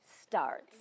starts